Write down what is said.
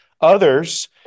Others